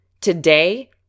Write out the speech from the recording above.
Today